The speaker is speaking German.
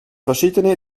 verschiedene